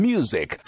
Music